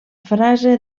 frase